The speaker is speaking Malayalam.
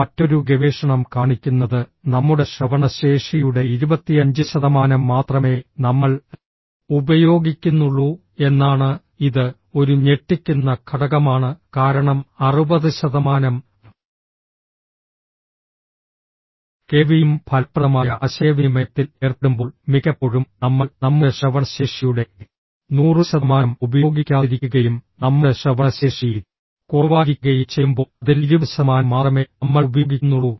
മറ്റൊരു ഗവേഷണം കാണിക്കുന്നത് നമ്മുടെ ശ്രവണ ശേഷിയുടെ 25 ശതമാനം മാത്രമേ നമ്മൾ ഉപയോഗിക്കുന്നുള്ളൂ എന്നാണ് ഇത് ഒരു ഞെട്ടിക്കുന്ന ഘടകമാണ് കാരണം 60 ശതമാനം കേൾവിയും ഫലപ്രദമായ ആശയവിനിമയത്തിൽ ഏർപ്പെടുമ്പോൾ മിക്കപ്പോഴും നമ്മൾ നമ്മുടെ ശ്രവണ ശേഷിയുടെ 100 ശതമാനം ഉപയോഗിക്കാതിരിക്കുകയും നമ്മുടെ ശ്രവണശേഷി കുറവായിരിക്കുകയും ചെയ്യുമ്പോൾ അതിൽ 20 ശതമാനം മാത്രമേ നമ്മൾ ഉപയോഗിക്കുന്നുള്ളൂ